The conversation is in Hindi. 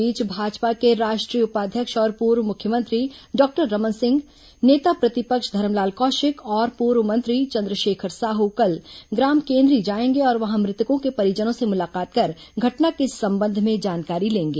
इस बीच भाजपा के राष्ट्रीय उपाध्यक्ष और पूर्व मुख्यमंत्री डॉक्टर रमन सिंह नेता प्रतिपक्ष धरमलाल कौशिक और पूर्व मंत्री चंद्रशेखर साहू कल ग्राम केन्द्री जाएंगे और वहां मृतकों के परिजनों से मुलाकात कर घटना के संबंध में जानकारी लेंगे